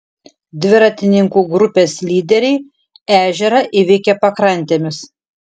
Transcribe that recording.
dviratininkų grupės lyderiai ežerą įveikė pakrantėmis